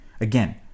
Again